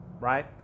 right